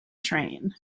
train